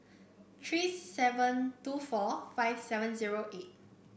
three seven two four five seven zero eight